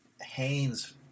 Haynes